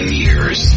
years